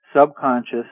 subconscious